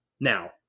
Now